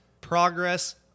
Progress